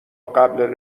قبل